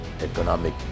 Economic